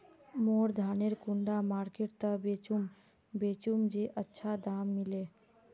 मोर धानेर कुंडा मार्केट त बेचुम बेचुम जे अच्छा दाम मिले?